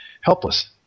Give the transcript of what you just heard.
helpless